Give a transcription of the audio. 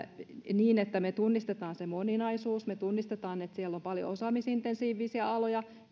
niin että me tunnistamme sen moninaisuuden ja me tunnistaisimme että siellä on paljon osaamisintensiivisiä aloja